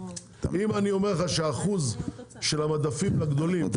אם אני אומר לך שאחוז המדפים הגדולים הוא